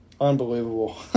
Unbelievable